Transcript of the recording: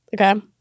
Okay